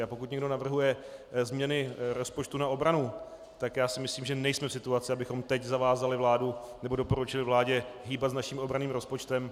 A pokud někdo navrhuje změny rozpočtu na obranu, tak si myslím, že nejsme v situaci, abychom teď zavázali vládu nebo doporučili vládě hýbat s naším obranným rozpočtem.